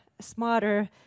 smarter